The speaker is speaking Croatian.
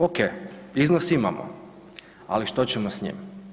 Ok, iznos imam, ali što ćemo s njim?